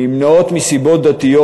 נמנעות מסיבות דתיות.